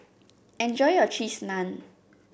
enjoy your Cheese Naan